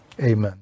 Amen